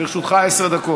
לרשותך עשר דקות.